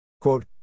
Quote